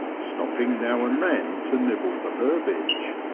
stopping now and then to nibble the herbage.